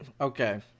Okay